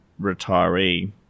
retiree